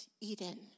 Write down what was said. Eden